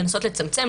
אלא לנסות לצמצם.